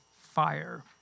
fire